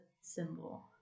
symbol